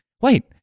wait